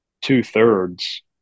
two-thirds